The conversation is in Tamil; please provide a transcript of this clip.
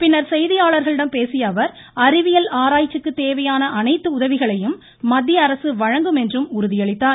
பின்னர் செய்தியாளர்களிடம் பேசிய அவர் அறிவியல் ஆராய்ச்சிக்கு தேவையான அனைத்து உதவிகளையும் மத்திய அரசு வழங்கும் என்று உறுதியளித்தார்